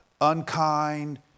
unkind